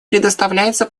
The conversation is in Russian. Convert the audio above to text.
предоставляется